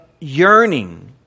yearning